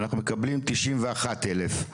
אנחנו מקבלים תשעים ואחת אלף.